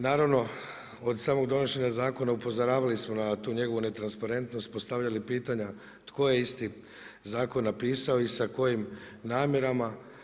Naravno od samo donošenja zakona upozoravali smo na tu njegovu transparentnost, postavljali pitanja tko je isti zakon napisao i sa kojim namjerama.